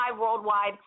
worldwide